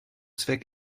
zweck